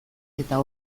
eta